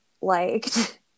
liked